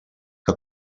que